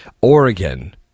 Oregon